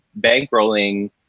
bankrolling